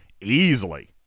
easily